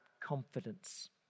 confidence